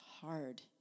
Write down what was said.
hard